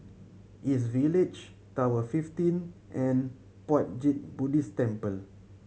East Village Tower fifteen and Puat Jit Buddhist Temple